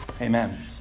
Amen